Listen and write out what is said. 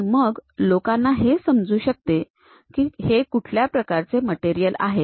आणि मग लोकांना समजू शकते की हे कुठल्या प्रकारचे मटेरियल आहे